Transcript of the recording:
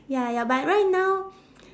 ya ya but right now